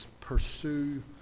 pursue